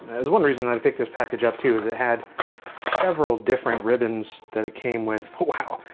there's one reason i picked this package up too is it had several different ribbons that it came with. wow,